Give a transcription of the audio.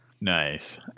nice